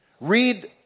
Read